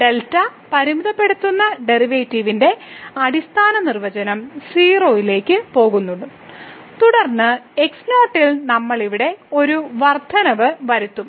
delta x പരിമിതപ്പെടുത്തുന്ന ഡെറിവേറ്റീവിന്റെ അടിസ്ഥാന നിർവചനം 0 ലേക്ക് പോകുന്നു തുടർന്ന് x0 ൽ നമ്മൾ ഇവിടെ ഒരു വർദ്ധനവ് വരുത്തും